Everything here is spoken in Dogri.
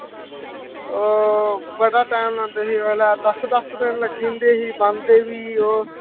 बड़ा टैम लांदे ही उसलै दस दस दिन लग्गी जंदे ही बांह्दे बी